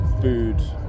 food